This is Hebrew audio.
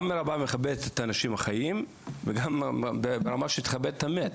גם רמה שמכבדת את האנשים החיים וגם רמה שתכבד את המת.